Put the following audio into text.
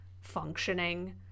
functioning